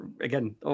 again